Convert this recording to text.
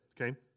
okay